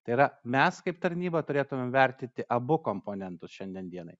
tai yra mes kaip tarnyba turėtumėm vertinti abu komponentus šiandien dienai